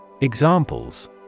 Examples